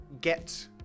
get